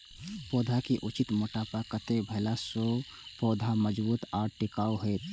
पौधा के उचित मोटापा कतेक भेला सौं पौधा मजबूत आर टिकाऊ हाएत?